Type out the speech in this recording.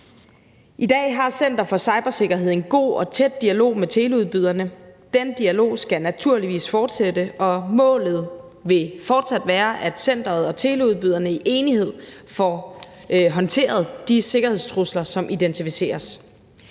I dag har Center for Cybersikkerhed en god og tæt dialog med teleudbyderne. Den dialog skal naturligvis fortsætte, og målet vil fortsat være, at centeret og teleudbyderne i enighed får håndteret de sikkerhedstrusler, som identificeres.